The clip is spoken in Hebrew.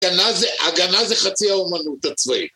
הגנה זה חצי האומנות הצבאית